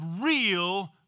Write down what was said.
real